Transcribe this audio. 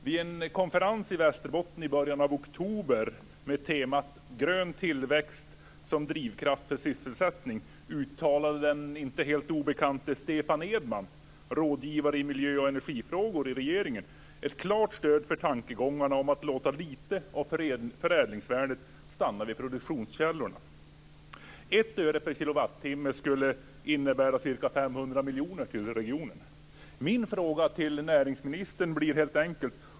Vid en konferens i Västerbotten i början av oktober med temat "Grön tillväxt som drivkraft för sysselsättning" uttalade den inte helt obekante Stefan Edman, rådgivare i miljö och energifrågor i regeringen, ett klart stöd för tankegångarna att låta lite av förädlingsvärdet stanna vid produktionskällorna. 1 öre per kilowattimme skulle innebära ca 500 miljoner kronor till regionen.